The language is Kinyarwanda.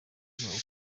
ukomeye